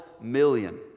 million